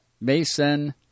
Mason